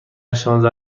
شانزده